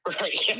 Right